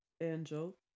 angel